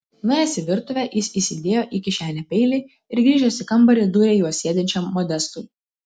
nuėjęs į virtuvę jis įsidėjo į kišenę peilį ir grįžęs į kambarį dūrė juo sėdinčiam modestui